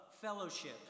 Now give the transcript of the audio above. fellowship